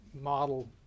model